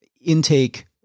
intake